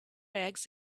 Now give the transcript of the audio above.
eggs